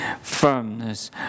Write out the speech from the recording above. firmness